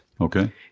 Okay